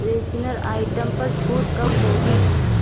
freshener item پر چھوٹ کب ہوگی